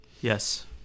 Yes